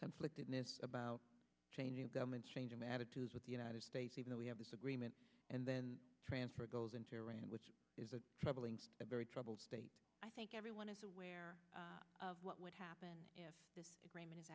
conflict about changing governments changing the attitudes of the united states even though we have this agreement and then transfer goes into iran which is a troubling very troubled state i think everyone is aware of what would happen if this agreement is